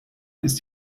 ist